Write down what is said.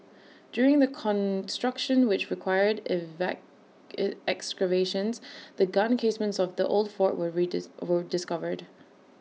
during the construction which required excavations the gun casements of the old fort were discovered